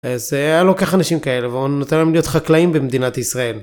אז היה לוקח אנשים כאלה ונותן להם להיות חקלאים במדינת ישראל.